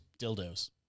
dildos